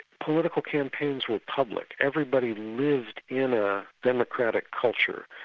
political campaigns were public, everybody lived in a democratic culture.